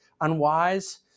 unwise